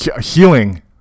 healing